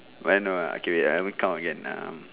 but then no ah okay I haven't count again lah